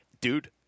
Dude